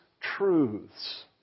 truths